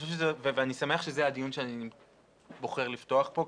ואני שמח שזה הדיון שאני בוחר לפתוח פה,